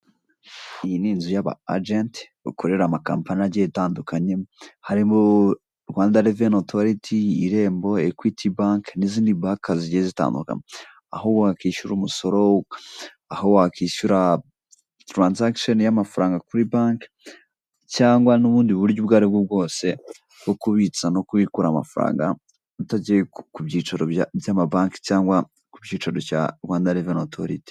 Iyi ni inzu y'aba ajenti bakorera, bakorera amakampani agiye atandukanye, harimo Rwanda reveni otoriti, irembo, ekwiti bake n'izindi baka zigiye zitandukanye, aho wakwishyura imisoro, aho wakwishyura taranzagisheni y'amafaranga kuri bake cyangwa n'ubundi buryo ubwo aribwo bwose bwo kubitsa no kubikura amafaranga utagiye ku byicaro by'amabake cyangwa ku kicaro cya Rwanda reveni otoriti.